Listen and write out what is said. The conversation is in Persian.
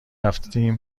رفتیم